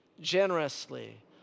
generously